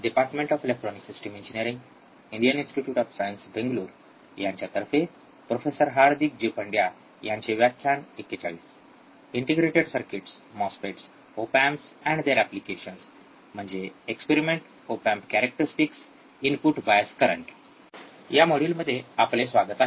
या मॉड्यूलमध्ये आपले स्वागत आहे